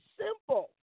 simple